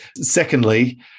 Secondly